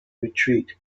retreat